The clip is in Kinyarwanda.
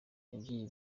ababyeyi